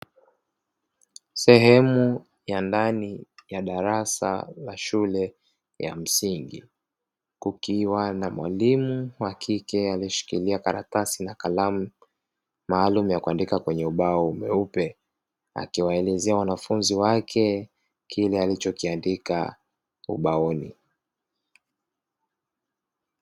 Sehemu ya ndani ya darasa la shule ya msingi kukiwa na mwalimu wa kike alishikilia karatasi na kalamu maalumu ya kuandika kwenye ubao mweupe, akiwaelezea wanafunzi wake kile alichokiandika ubaoni.